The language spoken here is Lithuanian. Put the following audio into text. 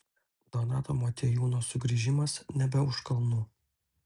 donato motiejūno sugrįžimas nebe už kalnų